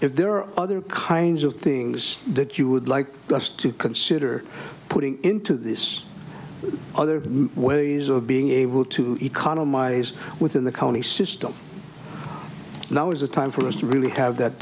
if there are other kinds of things that you would like us to consider putting into this other ways of being able to economize within the county system now is the time for us to really have that